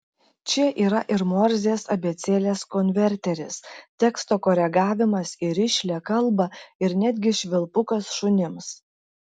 čia yra ir morzės abėcėlės konverteris teksto koregavimas į rišlią kalbą ir netgi švilpukas šunims